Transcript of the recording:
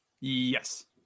Yes